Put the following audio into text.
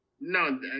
no